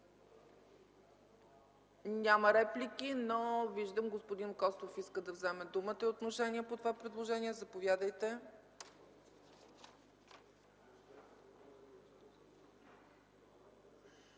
– реплики? Няма. Господин Костов иска да вземе думата и отношение по това предложение. Заповядайте.